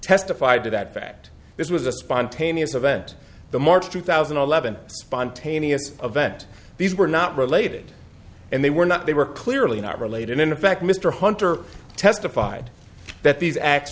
testified to that fact this was a spontaneous event the march two thousand and eleven spontaneous event these were not related and they were not they were clearly not related in fact mr hunter testified that these acts